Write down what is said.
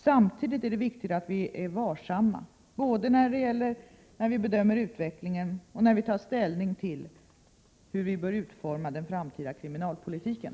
Samtidigt är det viktigt att vi är varsamma både när vi bedömer utvecklingen och när vi tar ställning till hur vi bör utforma den framtida kriminalpolitiken.